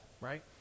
right